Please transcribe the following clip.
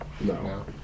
No